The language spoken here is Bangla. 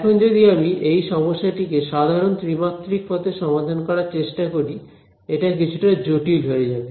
এখন যদি আমি এই সমস্যাটি কে সাধারণ ত্রিমাত্রিক পথে সমাধান করার চেষ্টা করি এটা কিছুটা জটিল হয়ে যাবে